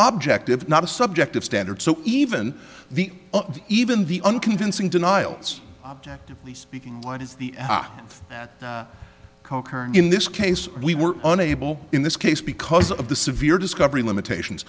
object of not a subjective standard so even the even the unconvincing denials objectively speaking what is the current in this case we were unable in this case because of the severe discovery limitations